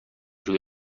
روی